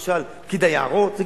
למשל, פקיד היערות.